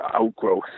outgrowth